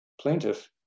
plaintiff